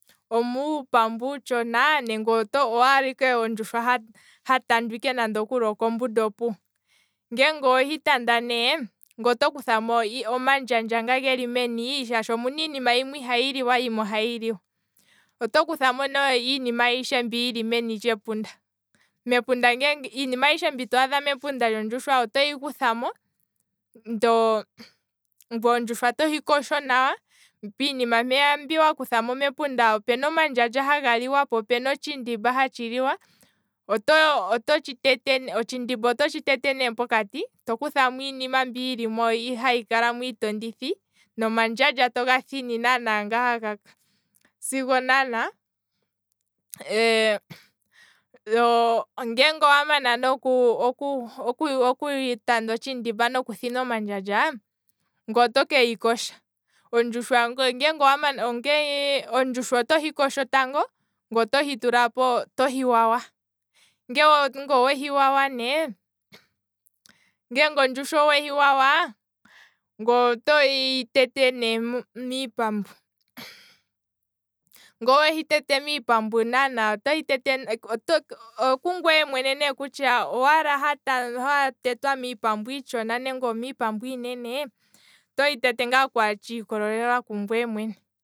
Omuupambu uutshona. nenge owaala ike ondjushwa ha tandwa nande oko mbunda opuwo, ngeenge owehi tanda ne ngweye oto kuthamo omandjandja meni, shaashi inima yimwe ohayi liwa yimwe ihayi liwa, oto kuthamo nee iinima ayishe mbi yili meni lepunda, iinima ayishe mbi twaadha mepunda lyondjushwa otoyi kuthamo ndee ondjushwa tohi kosho nawa, piinima mbiya wakutha mepunda opuna omandjandja haga liwa, po opuna otshindimba hatshi liwa, otshindimba oto tshi tete ne pokati, tokutha mo iinima mbi hayi kalamo iitondithi, nomandjandja toga thini sigo naana, ngeenge owamana nee okutanda otshindimba nokuthina omandjandja, ngweye otokeyi kosha, ondjushwa otohi kosho tango, ngweye otohi wawa, ngeenge ondjushwa owehi wawa ne, ngweye otohi tete ne miipambu, ngele owehi tete miipambu ne, oku ngwee mwene kutya owaala ha- ha tetwa miipambu iitshona nenge iipambu iinene, otohi tete ngaa tshiikolelela kungwee mwene